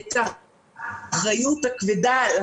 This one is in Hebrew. את האחריות הכבדה שעל